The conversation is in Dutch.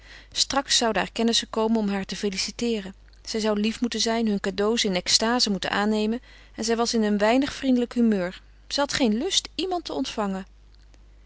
straks zouden haar kennissen komen om haar te feliciteeren zij zou lief moeten zijn hun cadeaux in extaze moeten aannemen en zij was in een weinig vriendelijk humeur zij had geen lust iemand te ontvangen